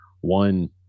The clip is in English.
one